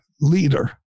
leader